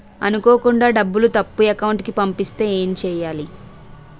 అనుకోకుండా డబ్బులు తప్పు అకౌంట్ కి పంపిస్తే ఏంటి చెయ్యాలి?